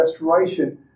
restoration